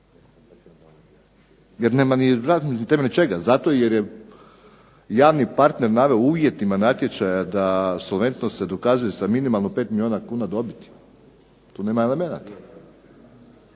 jer nema na temelju čega zato jer je javni partner naveo u uvjetima natječajima da solventnost se dokazuje sa minimalno 5 milijuna kuna dobiti. Tu nema elemenata,